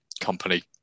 company